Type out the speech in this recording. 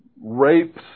rapes